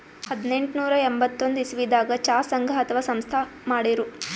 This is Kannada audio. ಹದನೆಂಟನೂರಾ ಎಂಬತ್ತೊಂದ್ ಇಸವಿದಾಗ್ ಚಾ ಸಂಘ ಅಥವಾ ಸಂಸ್ಥಾ ಮಾಡಿರು